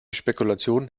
spekulationen